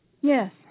Yes